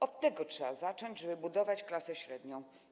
Od tego trzeba zacząć, żeby budować klasę średnią.